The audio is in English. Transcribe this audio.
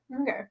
Okay